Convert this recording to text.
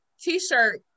t-shirt